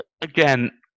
Again